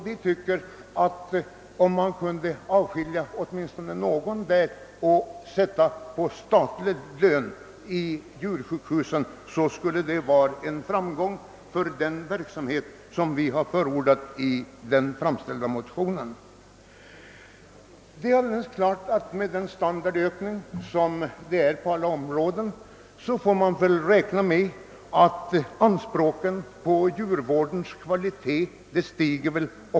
Vi tycker att om man kunde avskilja åtminstone någon av dem och sätta honom på statlig lön i djursjukhuset, så skulle detta komma att medföra en framgång för den verksamhet som vi har förordat i den framställda motionen. Det är alldeles klart att med den standardhöjning som förekommer på alla områden så får man väl räkna med att även anspråken på kvaliteten inom djurvården stiger.